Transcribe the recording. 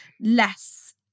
less